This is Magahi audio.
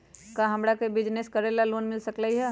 का हमरा के बिजनेस करेला लोन मिल सकलई ह?